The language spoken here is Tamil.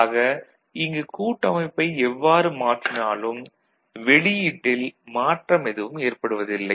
ஆக இங்கு கூட்டமைப்பை எவ்வாறு மாற்றினாலும் வெளியீட்டில் மாற்றம் எதுவும் ஏற்படுவதில்லை